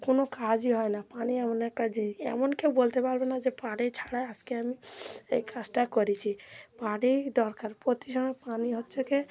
কোনো কাজই হয় না পানি এমন একটা জিনিস এমন কেউ বলতে পারবে না যে পানি ছাড়াই আজকে আমি এই কাজটা করেছি পানি দরকার প্রতি সময় পানি হচ্ছে কি